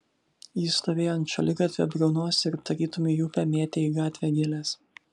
jis stovėjo ant šaligatvio briaunos ir tarytum į upę mėtė į gatvę gėles